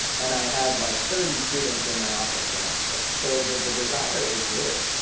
and i had, like, thirty students in my office the next day. so the desire is there.